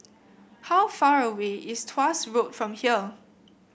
how far away is Tuas Road from here